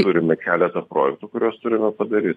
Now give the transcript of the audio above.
turime keletą projektų kuriuos turime padaryt